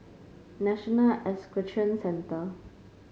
National Equestrian Centre